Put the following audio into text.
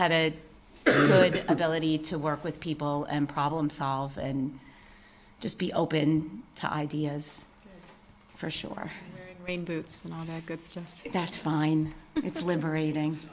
had a good ability to work with people and problem solve and just be open to ideas for sure rain boots and all that good stuff that's fine it's liberating